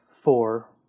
four